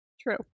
True